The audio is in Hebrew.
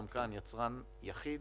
גם כאן יצרן יחיד.